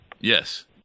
Yes